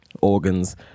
Organs